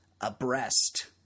abreast